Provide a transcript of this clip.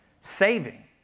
saving